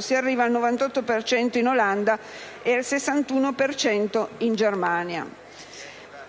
si arriva al 98 per cento in Olanda e al 61 per cento in Germania.